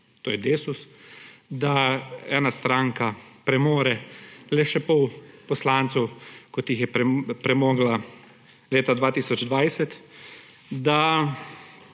to je Desus, da ena stranka premore le še pol poslancev, kot jih je premogla leta 2020, da